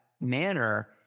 manner